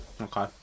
Okay